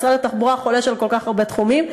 משרד התחבורה חולש על כל כך הרבה תחומים.